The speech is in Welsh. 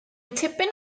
tipyn